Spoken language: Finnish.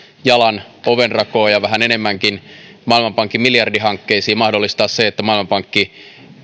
jalan ovenrakoon ja vähän enemmänkin maailmanpankin miljardihankkeissa mahdollistaa se että maailmanpankki